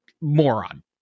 moron